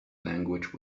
language